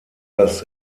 das